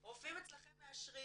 רופאים אצלכם מאשרים,